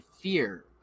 fear